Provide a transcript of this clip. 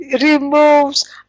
removes